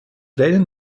rennen